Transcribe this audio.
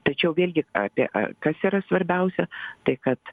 tačiau vėlgi apie kas yra svarbiausia tai kad